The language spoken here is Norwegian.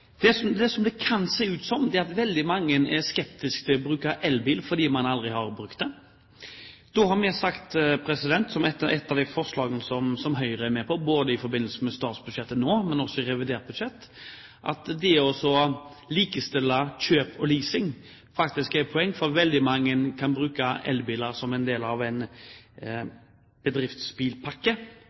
Det kan se ut som at veldig mange er skeptiske til bruk av elbil fordi man aldri har brukt det. Når det gjelder ett av forslagene som Høyre er med på, har vi sagt at å likestille kjøp og leasing faktisk er et poeng – det har vi sagt i forbindelse med statsbudsjettet og også revidert budsjett – for veldig mange kan bruke elbiler som en del av en bedriftsbilpakke.